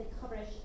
coverage